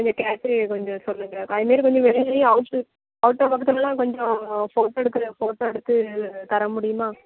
நீங்கள் கேட்டு கொஞ்சம் சொல்லுங்க அதுமாரி கொஞ்சம் வெளிலேயும் அவுட்டு அவுட்டர் பக்கத்துலெலாம் கொஞ்சம் ஃபோட்டோ எடுக்கிற ஃபோட்டோ எடுத்து தர முடியுமா